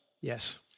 Yes